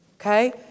Okay